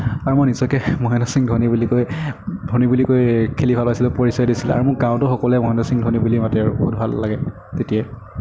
আৰু মই নিজকে মহেন্দ্ৰ সিং ধোনী বুলি কৈ ধোনী বুলি কৈ খেলি ভাল পাইছিলোঁ পৰিচয় দিছিলে আৰু মোক গাঁৱতো সকলোৱে মহেন্দ্ৰ সিং ধোনী বুলিয়েই মাতে আৰু বহুত ভালো লাগে তেতিয়াই